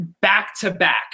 back-to-back